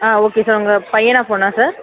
ஆ okay sir உங்கள் பையனா பொண்ணா சார்